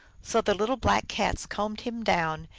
so the little black cats combed him down,